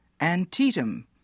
Antietam